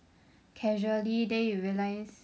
casually then you realised